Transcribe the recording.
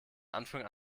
anfang